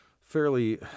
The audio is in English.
fairly